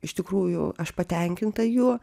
iš tikrųjų aš patenkinta juo